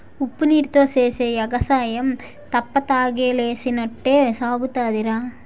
ఉప్పునీటీతో సేసే ఎగసాయం తెప్పతగలేసినట్టే సాగుతాదిరా